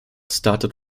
started